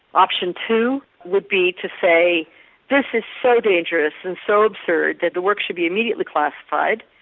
option two would be to say this is so dangerous and so absurd that the work should be immediately classified.